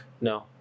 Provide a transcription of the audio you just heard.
No